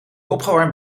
opgewarmd